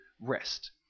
rest